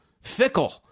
fickle